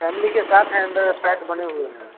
family के साथ है अंदर पैक बने हुए हैं